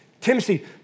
Timothy